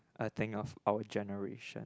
a thing of our generation